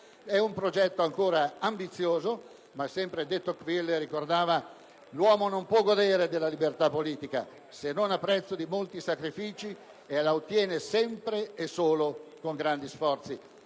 è un progetto ancora ambizioso, ma sempre de Tocqueville ricordava: «L'uomo non può godere della libertà politica, se non a prezzo di molti sacrifici, e la ottiene sempre e solo con grandi sforzi».